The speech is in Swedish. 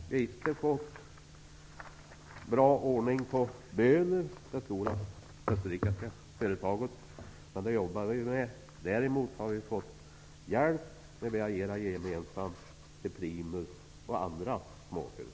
Hittills har det inte gått att påverka det stora österrikiska företaget Böhler i deras planer, men det jobbar vi med. Däremot har vi fått hjälp när vi har agerat gemensamt i fråga om Primus och andra småföretag.